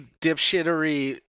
dipshittery